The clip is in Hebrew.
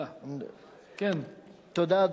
תודה.